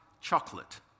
chocolate